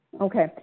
Okay